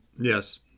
yes